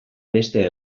beste